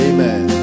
Amen